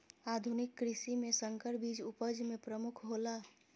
आधुनिक कृषि में संकर बीज उपज में प्रमुख हौला